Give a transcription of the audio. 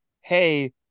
hey